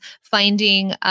finding